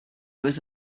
was